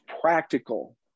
practical